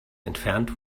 entfernt